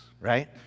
right